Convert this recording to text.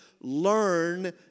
learn